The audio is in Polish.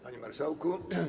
Panie Marszałku!